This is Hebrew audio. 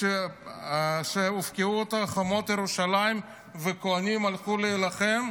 כשהובקעו חומות ירושלים וכוהנים הלכו להילחם,